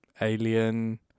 Alien